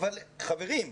אבל חברים,